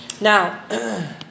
Now